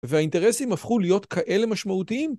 והאינטרסים הפכו להיות כאלה משמעותיים?